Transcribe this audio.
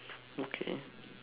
okay